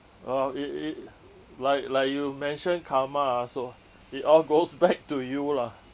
oh it it like like you mentioned karma also it all goes back to you lah